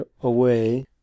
away